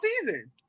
season